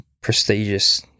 prestigious